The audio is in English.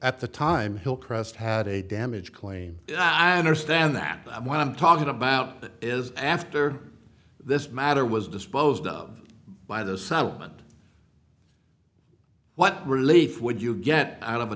at the time hillcrest had a damage claim i understand that i'm what i'm talking about is after this matter was disposed of by this settlement what relief would you get out of a